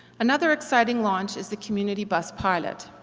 another exciting launch is the community bus pilot.